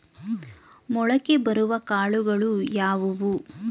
ಮೊಳಕೆ ಬರುವ ಕಾಳುಗಳು ಯಾವುವು?